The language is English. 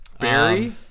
Barry